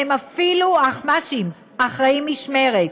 והם אפילו אחמ"שים, אחראי משמרת.